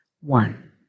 One